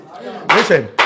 Listen